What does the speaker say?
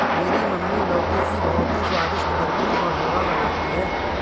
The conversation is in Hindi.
मेरी मम्मी लौकी की बहुत ही स्वादिष्ट बर्फी और हलवा बनाती है